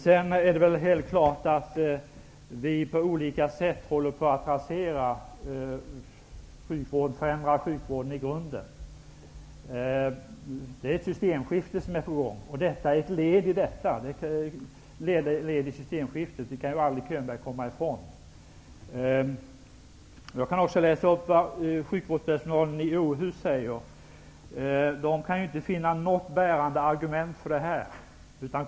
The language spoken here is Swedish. Det är väl helt klart att sjukvården håller på att förändras i grunden. Ett systemskifte är på gång, och det här förslaget är ett led i systemskiftet. Det kan Bo Könberg aldrig komma ifrån. Sjukvårdspersonalen i Åhus kan inte finna något bärande argument för detta förslag.